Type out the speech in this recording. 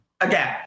again